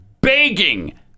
begging